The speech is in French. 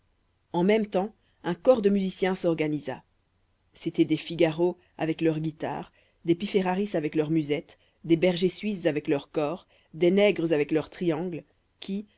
en même temps un corps de musiciens s'organisa c'étaient des figaros avec leurs guitares des piféraris avec leurs musettes des bergers suisses avec leurs cors des nègres avec leurs triangles qui